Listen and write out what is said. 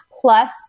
plus